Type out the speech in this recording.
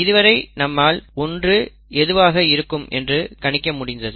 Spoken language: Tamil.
இதுவரை நம்மால் 1 எதுவாக இருக்கும் என்று கணிக்க முடிந்தது